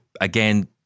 again